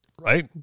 right